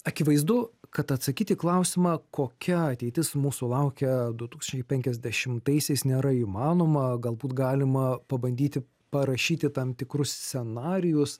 akivaizdu kad atsakyti į klausimą kokia ateitis mūsų laukia du tūkstančiai penkiasdešimtaisiais nėra įmanoma galbūt galima pabandyti parašyti tam tikrus scenarijus